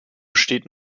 besteht